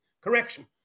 correction